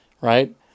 right